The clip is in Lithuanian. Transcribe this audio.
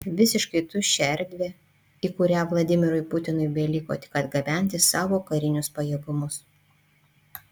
visiškai tuščią erdvę į kurią vladimirui putinui beliko tik atgabenti savo karinius pajėgumus